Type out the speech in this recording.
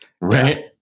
Right